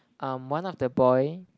um one of the boy